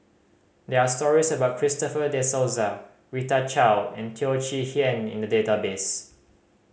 there are stories about Christopher De Souza Rita Chao and Teo Chee Hean in the database